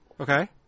Okay